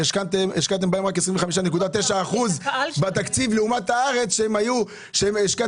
והשקעתם בהם רק 25.9% בתקציב לעומת הארץ שהשקעתם